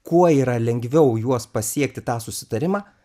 kuo yra lengviau juos pasiekti tą susitarimą